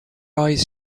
eyes